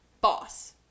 boss